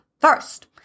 first